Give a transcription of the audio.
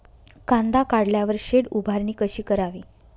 कांदा काढल्यावर शेड उभारणी कशी करावी?